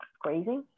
crazy